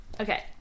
Okay